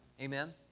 Amen